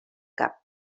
cap